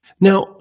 Now